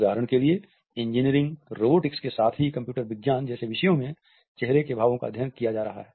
उदाहरण के लिए इंजीनियरिंग रोबोटिक्स और साथ ही कंप्यूटर विज्ञान जैसे विषयों में चेहरे के भावों का अध्ययन किया जा रहा हैं